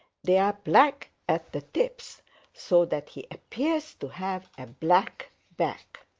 they are black at the tips so that he appears to have a black back.